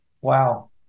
wow